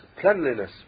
cleanliness